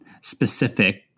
specific